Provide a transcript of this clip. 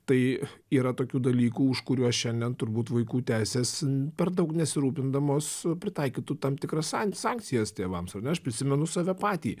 tai yra tokių dalykų už kuriuos šiandien turbūt vaikų teisės per daug nesirūpindamos pritaikytų tam tikras san sankcijas tėvams ar ne aš prisimenu save patį